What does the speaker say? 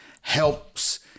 helps